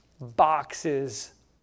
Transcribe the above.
boxes